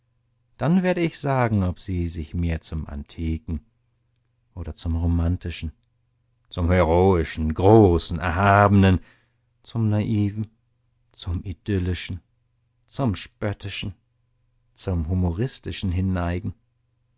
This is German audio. dann werde ich sagen ob sie sich mehr zum antiken oder zum romantischen zum heroischen großen erhabenen zum naiven zum idyllischen zum spöttischen zum humoristischen hinneigen